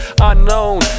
Unknown